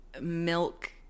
milk